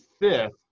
fifth